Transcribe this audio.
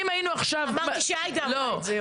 אם היינו עכשיו --- אמרתי שעאידה אמרה את זה,